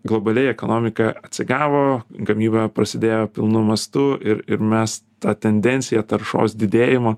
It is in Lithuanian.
globaliai ekonomika atsigavo gamyba prasidėjo pilnu mastu ir ir mes ta tendencija taršos didėjimo